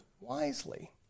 wisely